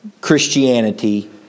Christianity